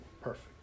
Perfect